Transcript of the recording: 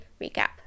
recap